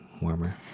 warmer